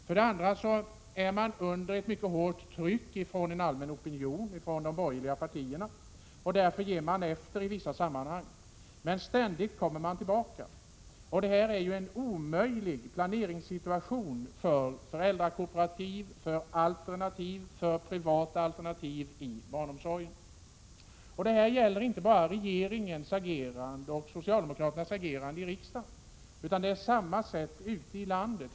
För det andra är man under ett mycket hårt tryck från en allmän opinion och från de borgerliga partierna, varför man ger efter i vissa sammanhang. Men man kommer ständigt tillbaka. Detta är en omöjlig planeringssituation för föräldrakooperativ och för alternativ, för privata alternativ, inom barnomsorgen. Det gäller inte bara regeringens agerande och socialdemokraternas agerande i riksdagen, utan förhållandena är desamma ute i landet.